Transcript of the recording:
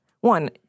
One